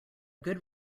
good